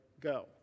go